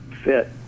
fit